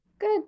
Good